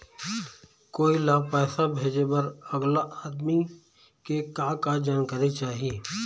कोई ला पैसा भेजे बर अगला आदमी के का का जानकारी चाही?